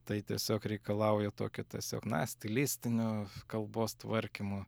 tai tiesiog reikalauja tokio tiesiog na stilistinio kalbos tvarkymo